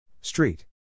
Street